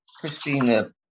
Christina